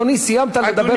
אדוני, סיימת לדבר.